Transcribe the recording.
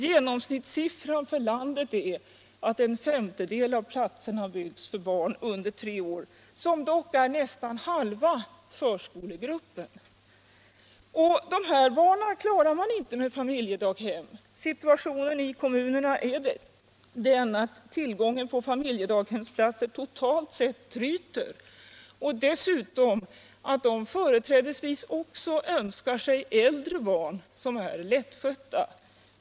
Genomsnittssiffran för landet är att en femtedel av platserna byggs för barn under tre år — som ändå utgör nästan halva förskolegruppen! De barnen klarar man inte med familjedaghem. Situationen i kommunerna är också den att tillgången på familjedaghemsplatser totalt sett tryter. Dessutom är det så att man företrädesvis önskar sig äldre barn som är lättskötta.